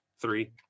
three